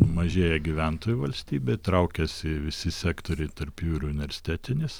mažėja gyventojų valstybė traukiasi visi sektoriai tarp jų ir universitetinis